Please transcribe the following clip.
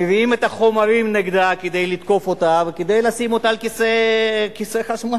מביאים את החומרים נגדה כדי לתקוף אותה וכדי לשים אותה על כיסא חשמל?